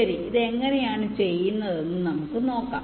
ശരി ഇത് എങ്ങനെയാണ് ചെയ്യുന്നതെന്ന് നമുക്ക് നോക്കാം